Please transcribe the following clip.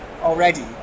already